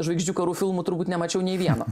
žvaigždžių karų filmų turbūt nemačiau nė vieno